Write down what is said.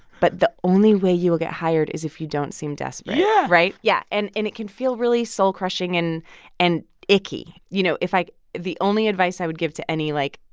but the only way you will get hired is if you don't seem desperate, yeah right? yeah and and it can feel really soul crushing and and icky. you know, if i the only advice i would give to any, like,